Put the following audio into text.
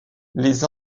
les